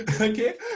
Okay